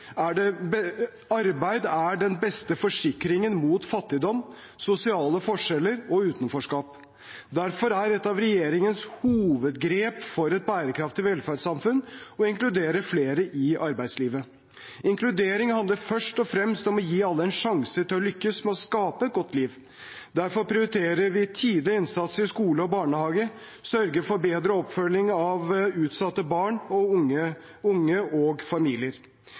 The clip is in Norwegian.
Arbeid er den beste forsikringen mot fattigdom, sosiale forskjeller og utenforskap. Derfor er et av regjeringens hovedgrep for et bærekraftig velferdssamfunn å inkludere flere i arbeidslivet. Inkludering handler først og fremst om å gi alle en sjanse til å lykkes med å skape et godt liv. Derfor prioriterer vi tidlig innsats i skole og barnehage og sørger for bedre oppfølging av utsatte barn, unge og familier. Vi har satt psykisk helse og